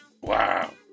Wow